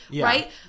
right